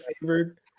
favored